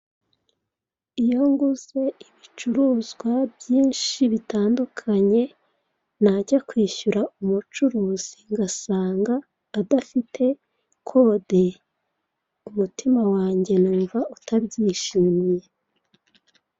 Iyo nguze ibicuruzwa byinshi bitandukanye najya kwishyura umucuruzi ngasanga adafite kode, umutima wange numva utabyishimiye.